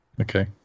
Okay